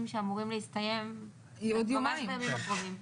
שאמורים להסתיים ממש בימים הקרובים.